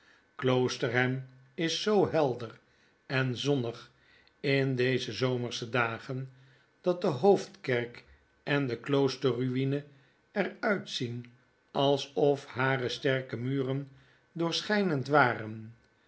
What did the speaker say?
kloosterham is zoo helder en zonnig in deze zomersche dagen dat de hoofdkerk en de kloosterruine er uitzien alsof hare sterke muren doorschynend waren